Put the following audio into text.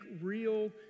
real